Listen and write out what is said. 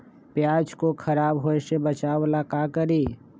प्याज को खराब होय से बचाव ला का करी?